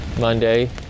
Monday